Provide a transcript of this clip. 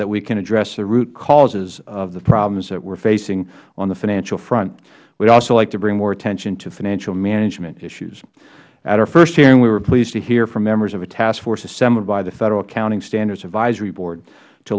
that we can address the root causes of the problems that we are facing on the financial front we would also like to bring more attention to financial management issues at our first hearing we were pleased to hear from members of the task force assembled by the federal accounting standards advisory board to